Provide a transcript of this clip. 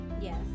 Yes